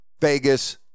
Vegas